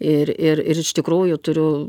ir ir ir iš tikrųjų turiu